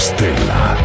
Stella